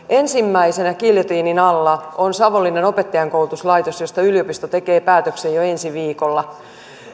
ensimmäisenä giljotiinin alla on savonlinnan opettajankoulutuslaitos josta yliopisto tekee päätöksen jo ensi viikolla